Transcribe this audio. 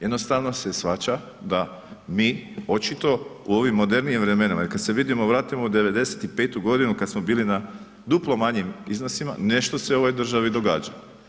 Jednostavno se shvaća da mi očito u ovim modernijim vremenima, jer kad se vidimo, vratimo u '95. godinu kad smo bili na duplo manjim iznosima nešto se u ovoj državi događa.